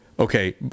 Okay